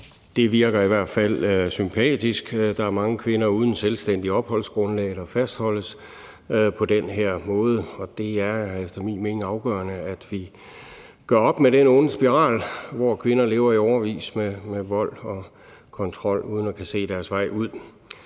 Det virker i hvert fald sympatisk. Der er mange kvinder uden selvstændigt opholdsgrundlag, der fastholdes på den her måde. Det er efter min mening afgørende, at vi gør op med den onde spiral, hvor kvinder lever i årevis med vold og kontrol uden at kunne se en vej ud.